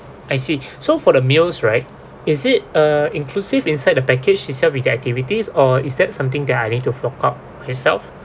I see so for the meals right is it uh inclusive inside the package itself with the activities or is that something that I need to fork out itself